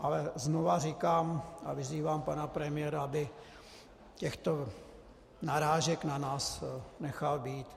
Ale znovu vyzývám pana premiéra, aby těchto narážek na nás nechal být.